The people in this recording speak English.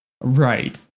Right